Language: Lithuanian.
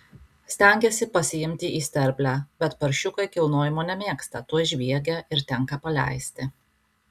stengiasi pasiimti į sterblę bet paršiukai kilnojimo nemėgsta tuoj žviegia ir tenka paleisti